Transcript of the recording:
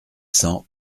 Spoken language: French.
cent